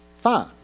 Fine